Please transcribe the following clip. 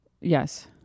Yes